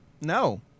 No